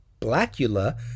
Blackula